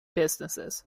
businesses